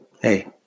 hey